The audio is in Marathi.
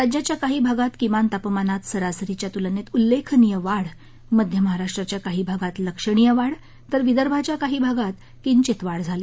राज्याच्या काही भागात किमान तापमानात सरासरीच्या तूलनेत उल्लेखनीय वाढ मध्य महाराष्ट्राच्या काही भागात लक्षणीय वाढ तर विदर्भाच्या काही भागात किंचित वाढ झाली